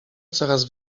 coraz